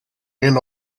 went